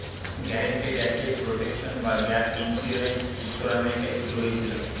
guaranteed asset protection বা GAP insurance উত্তর আমেরিকায় শুরু হয়েছিল